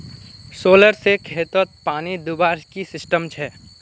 Solar से खेतोत पानी दुबार की सिस्टम छे?